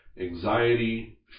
Anxiety